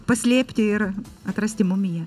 paslėpti ir atrasti mumiją